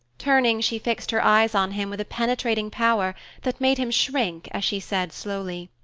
turning, she fixed her eyes on him with a penetrating power that made him shrink as she said slowly,